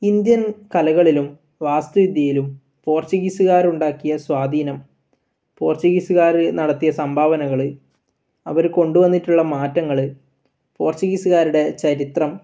Indian കലകളിലും വാസ്തു വിദ്യയിലും പോർച്ചുഗീസുകാരുണ്ടാക്കിയ സ്വാധീനം പോർച്ചുഗീസുകാർ നടത്തിയ സംഭാവനകൾ അവർ കൊണ്ട് വന്നിട്ടുള്ള മാറ്റങ്ങൾ പോർച്ചുഗീസുകാരുടെ ചരിത്രം